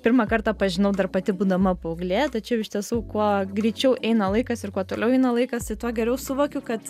pirmą kartą pažinau dar pati būdama paauglė tačiau iš tiesų kuo greičiau eina laikas ir kuo toliau eina laikas tai tuo geriau suvokiu kad